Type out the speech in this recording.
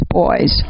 boys